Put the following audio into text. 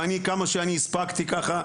ואני כמה שאני הספקתי לשאול,